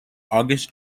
august